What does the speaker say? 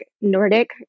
Nordic